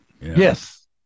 yes